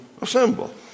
assemble